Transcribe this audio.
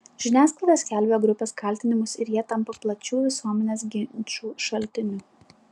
žiniasklaida skelbia grupės kaltinimus ir jie tampa plačių visuomenės ginčų šaltiniu